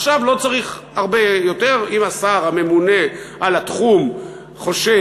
עכשיו לא צריך הרבה יותר: אם השר הממונה על התחום חושב,